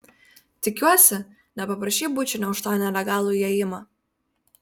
tikiuosi nepaprašei bučinio už tą nelegalų įėjimą